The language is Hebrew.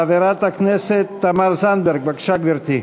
חברת הכנסת תמר זנדברג, בבקשה, גברתי.